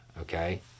okay